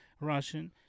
Russian